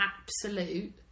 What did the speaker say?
absolute